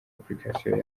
application